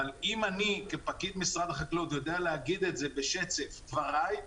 אבל אם אני כפקיד משרד החקלאות יודע להגיד את זה בשצף דבריי,